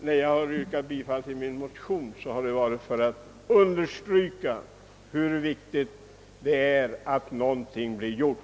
När jag yrkat bifall till min motion har det emellertid varit för att understryka vikten av att någonting blir gjort.